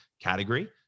category